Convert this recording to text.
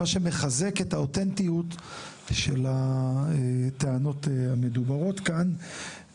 מה שמחזק את האותנטיות של הטענות המדוברות כאן.